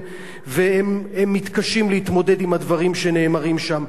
והם מתקשים להתמודד עם הדברים שנאמרים שם.